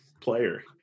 player